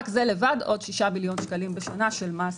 רק זה לבד עוד 6 מיליון שקלים בשנה מס,